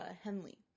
Henley